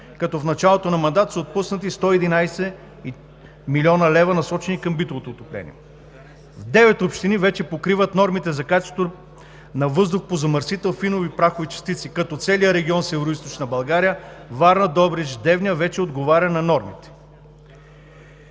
като в началото на мандата са отпуснати 111 млн. лв., насочени към битовото отопление. В девет общини вече покриват нормите за качество на въздуха по замърсител „фини прахови частици“, като целият регион в Североизточна България – Варна, Добрич, Девня, вече отговаря на нормите.